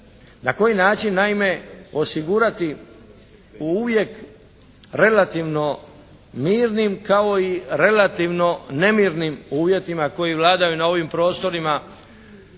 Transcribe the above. Na koji način naime osigurati u uvijek relativno mirnim kao i relativno nemirnim uvjetima koji vladaju na ovim prostorima,